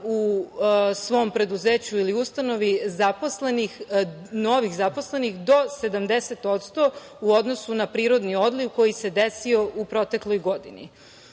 u svom preduzeću ili ustanovi novih zaposlenih do 70% u odnosu na prirodni odliv koji se desio u prethodnoj godini. Ono